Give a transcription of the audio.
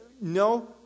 No